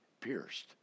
pierced